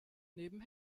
neben